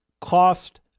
cost